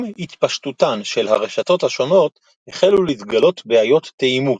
עם התפשטותן של הרשתות השונות החלו להתגלות בעיות תאימות,